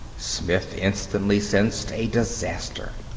smith instantly sensed a disaster.